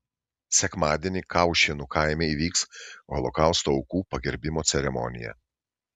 sekmadienį kaušėnų kaime įvyks holokausto aukų pagerbimo ceremonija